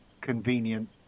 convenient